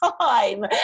time